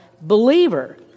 believer